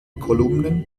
kolumnen